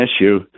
issue